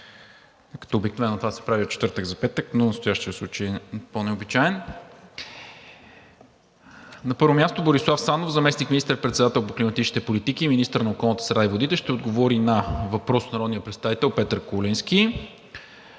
като обикновено това се прави в четвъртък за петък, но настоящият случай е по-необичаен. На първо място Борислав Сандов – заместник министър-председател по климатичните политики и министър на околната среда и водите, ще отговори на: - въпрос от Петър Николаев Куленски